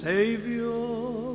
Savior